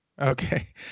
Okay